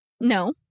No